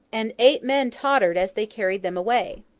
and eight men tottered as they carried them away.